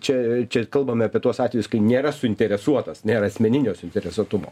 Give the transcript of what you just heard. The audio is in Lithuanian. čia čia kalbame apie tuos atvejus kai nėra suinteresuotas nėra asmeninio suinteresuotumo